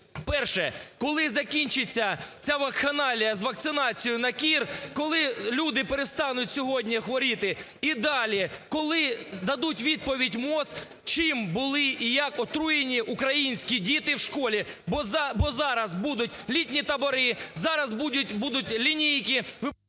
Перше. Коли закінчиться ця вакханалія з вакцинацією на кір? Коли люди перестануть сьогодні хворіти? І далі. Коли дадуть відповідь МОЗ, чим були і як отруєні українські діти в школі? Бо зараз будуть літні табори, зараз будуть лінійки.